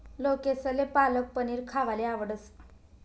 लोकेसले पालक पनीर खावाले आवडस